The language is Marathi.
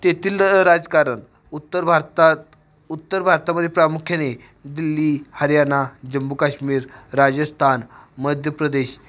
तेथील राजकारण उत्तर भारतात उत्तर भारतामध्ये प्रामुख्याने दिल्ली हरियाणा जम्मू काश्मीर राजस्थान मध्य प्रदेश